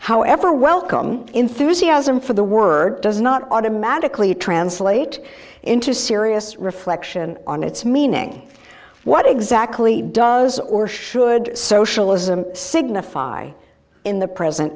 however welcome enthusiasm for the word does not automatically translate into serious reflection on its meaning what exactly does or should socialism signify in the present